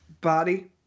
body